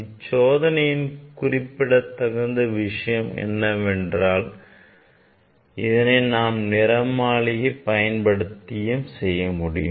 இந்த சோதனையின் குறிப்பிடத்தகுந்த விஷயம் என்னவென்றால் இதனை நாம் நிறமாலைமானி பயன்படுத்தியும் செய்ய முடியும்